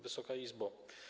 Wysoka Izbo!